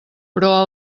però